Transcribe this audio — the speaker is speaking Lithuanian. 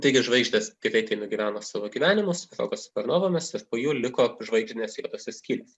taigi žvaigždės greitai nugyveno savo gyvenimus sprogo supernovomis ir po jų liko žvaigždinės juodosios skylės